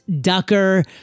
Ducker